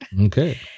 Okay